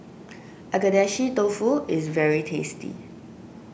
Agedashi Dofu is very tasty